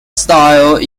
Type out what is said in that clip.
style